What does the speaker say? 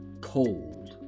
cold